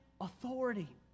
authority